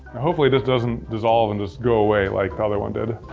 hopefully this doesn't dissolve and just go away like the other one did.